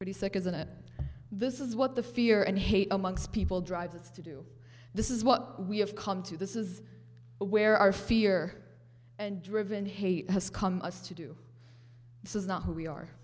said isn't it this is what the fear and hate amongst people drives us to do this is what we have come to this is where our fear and driven hate has come us to do this is not who we are